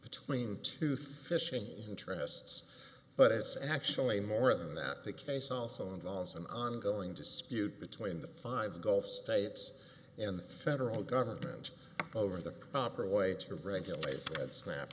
between two fishing interests but it's actually more than that the case also involves an ongoing dispute between the five gulf states and the federal government over the proper way to regulate